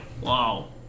wow